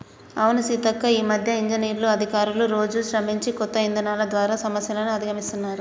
అవును సీతక్క ఈ మధ్య ఇంజనీర్లు అధికారులు రోజు శ్రమించి కొత్త ఇధానాలు ద్వారా సమస్యలు అధిగమిస్తున్నారు